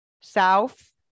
South